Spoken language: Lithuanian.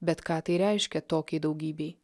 bet ką tai reiškia tokiai daugybei